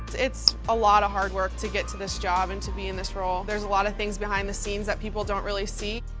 it's a lot of hard work to get to this job and to be in this role. there's a lot of things behind the scenes that people don't really see.